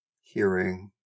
hearing